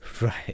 Right